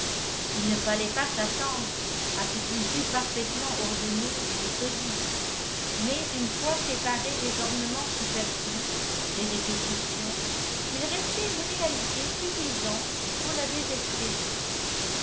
il ne fallait pas s'attendre à ce qu'il fût parfaitement ordonné et méthodique mais une fois séparé des ornements superflus des répétitions il restait une réalité suffisante pour la désespérer